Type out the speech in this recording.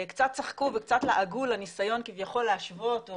קצת צחקו וקצת לעגו לניסיון כביכול להשוות,